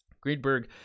Greenberg